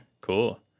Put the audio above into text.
cool